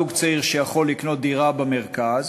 זוג צעיר שיכול לקנות דירה במרכז,